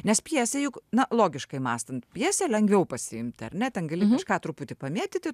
nes pjesė juk na logiškai mąstant pjesę lengviau pasiimti ar ne ten gali kažką truputį pamėtyti